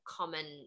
common